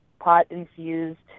pot-infused